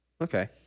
Okay